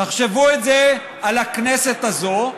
תחשבו את זה על הכנסת הזו,